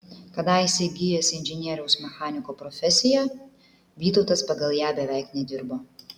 kadaise įgijęs inžinieriaus mechaniko profesiją vytautas pagal ją beveik nedirbo